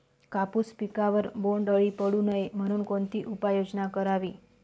कापूस पिकावर बोंडअळी पडू नये म्हणून कोणती उपाययोजना करावी?